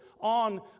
on